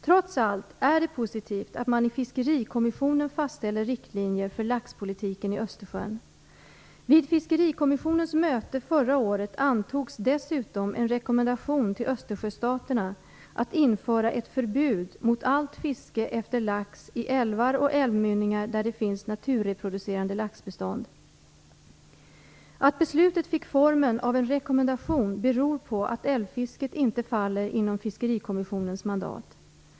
Trots allt är det positivt att man i Fiskerikommissionen fastställer riktlinjer för laxpolitiken i Östersjön. Vid Fiskerikommissionens möte förra året antogs dessutom en rekommendation till Östersjöstaterna att införa ett förbud mot allt fiske efter lax i älvar och älvmynningar där det finns naturreproducerande laxbestånd. Att beslutet fick formen av en rekommendation beror på att älvfisket inte faller inom Fiskerikommissionens mandat.